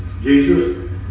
Jesus